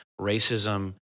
racism